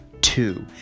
two